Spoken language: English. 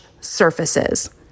surfaces